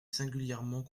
singulièrement